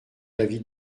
l’avis